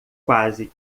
quase